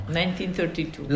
1932